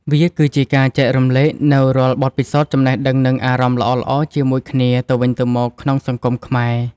វាគឺជាការចែករំលែកនូវរាល់បទពិសោធន៍ចំណេះដឹង និង អារម្មណ៍ល្អៗជាមួយគ្នាទៅវិញទៅមកក្នុងសង្គមខ្មែរ។